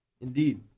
Indeed